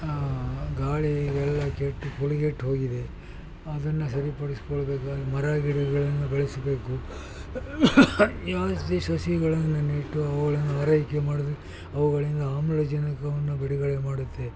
ಗಾಳಿ ಎಲ್ಲ ಕೆಟ್ಟು ಕುಲಗೆಟ್ಟೋಗಿದೆ ಅದನ್ನು ಸರಿಪಡಿಸ್ಕೊಳ್ಬೇಕಾದರೆ ಮರ ಗಿಡಗಳನ್ನು ಬೆಳೆಸಬೇಕು ಸಸಿಗಳನ್ನು ನೆಟ್ಟು ಅವುಗಳನ್ನು ಆರೈಕೆ ಮಾಡಿದ್ರೆ ಅವುಗಳಿಂದ ಆಮ್ಲಜನಕವನ್ನು ಬಿಡುಗಡೆ ಮಾಡುತ್ತೆ